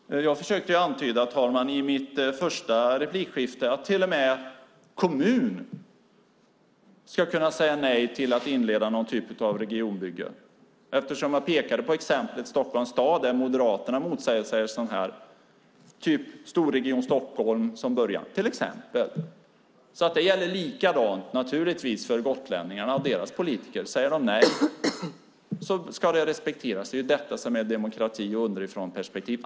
Fru talman! Jag försökte antyda i mitt första replikskifte att till och med en kommun ska kunna säga nej till att inleda någon typ av regionbygge. Jag pekade på exemplet Stockholms stad där Moderaterna motsäger sig en storregion Stockholm. Det gäller naturligtvis likadant för gotlänningarna och deras politiker. Säger de nej ska det respekteras. Det är det som är demokrati och underifrånperspektiv.